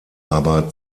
aber